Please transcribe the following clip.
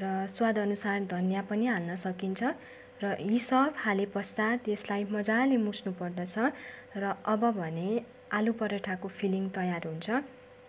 र स्वादअनुसार धनिया पनि हाल्न सकिन्छ र यी सब हालेपश्चात यसलाई मजाले मुस्नुपर्दछ र अब भने आलु पराठाको फिलिङ तयार हुन्छ